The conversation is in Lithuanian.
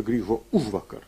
grįžo užvakar